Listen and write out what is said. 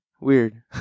Weird